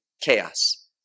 chaos